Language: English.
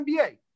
NBA